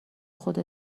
خدا